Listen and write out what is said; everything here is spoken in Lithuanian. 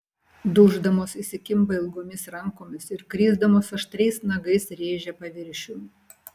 duždamos įsikimba ilgomis rankomis ir krisdamos aštriais nagais rėžia paviršių